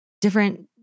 different